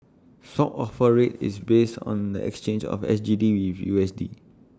swap offer rate is based on the exchange of S G D with U S D